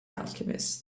alchemist